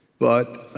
but